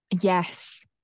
yes